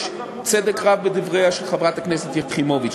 יש צדק רב בדבריה של חברת הכנסת יחימוביץ,